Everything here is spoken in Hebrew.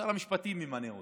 שר המשפטים ימנה אותו.